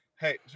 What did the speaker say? hey